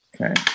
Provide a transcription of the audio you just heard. Okay